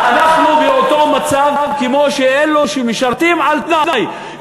אנחנו באותו מצב כמו אלו שמשרתים על-תנאי,